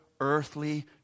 earthly